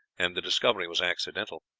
and the discovery was accidental.